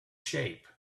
shape